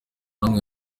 n’umwe